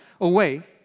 away